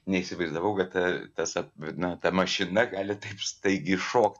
neįsivaizdavau kad ta tas na ta mašina gali taip staigiai šokti